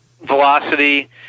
velocity